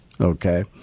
okay